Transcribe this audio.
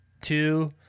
two